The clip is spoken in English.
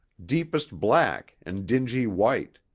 deepest black and dingy white.